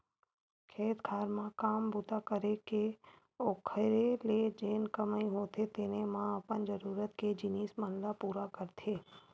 खेत खार म काम बूता करके ओखरे ले जेन कमई होथे तेने म अपन जरुरत के जिनिस मन ल पुरा करथे